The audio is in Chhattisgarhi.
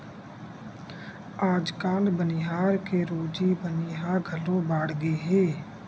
आजकाल बनिहार के रोजी बनी ह घलो बाड़गे हे